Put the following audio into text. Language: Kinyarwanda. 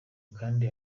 kandi